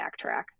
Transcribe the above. backtrack